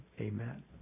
Amen